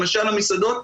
למשל המסעדות,